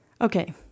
Okay